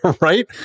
Right